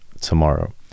tomorrow